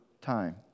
time